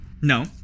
No